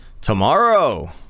tomorrow